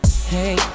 Hey